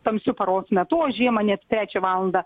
tamsiu paros metu o žiemą net trečią valandą